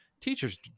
teachers